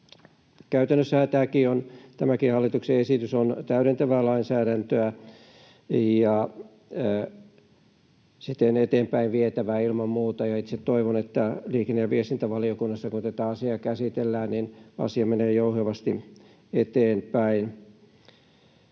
Käytännössähän tämäkin hallituksen esitys on täydentävää lainsäädäntöä ja siten ilman muuta eteenpäin vietävää, ja itse toivon, että liikenne- ja viestintävaliokunnassa, kun tätä asiaa käsitellään, asia menee jouhevasti eteenpäin.